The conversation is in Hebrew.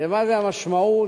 למשמעות